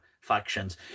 factions